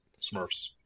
Smurfs